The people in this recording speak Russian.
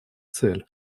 цель